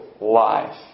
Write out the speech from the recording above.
life